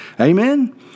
Amen